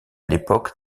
l’époque